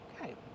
Okay